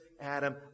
Adam